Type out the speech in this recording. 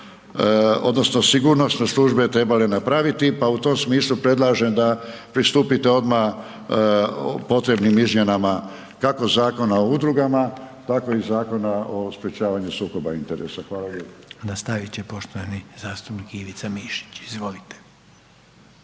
odnosno sigurnosne službe trebale napraviti, pa u tom smislu predlažem da pristupite odmah potrebnim izmjenama kako Zakona o udrugama, tako i Zakona o sprečavanju sukoba interesa. Hvala lijepo. **Reiner, Željko (HDZ)** Nastavit će poštovani zastupnik Ivica Mišić. Izvolite.